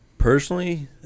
Personally